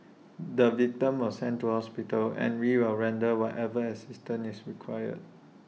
the victim was sent to hospital and we will render whatever assistance is required